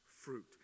fruit